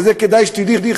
ואת זה כדאי שתדעי,